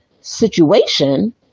situation